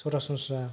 सरासनस्रा